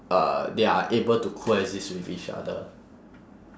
uh they are able to coexist with each other